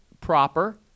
proper